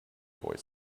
boy